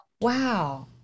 Wow